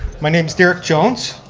my name is derek jones.